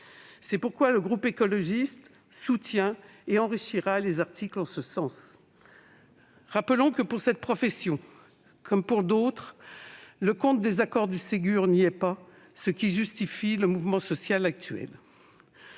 C'est pourquoi le groupe Écologiste - Solidarité et Territoires soutient les articles en ce sens et les enrichira. Rappelons que pour cette profession comme pour d'autres, le compte des accords du Ségur n'y est pas, ce qui justifie le mouvement social actuel.